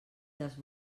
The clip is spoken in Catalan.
les